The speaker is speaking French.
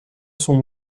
son